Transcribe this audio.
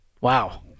Wow